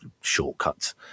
shortcuts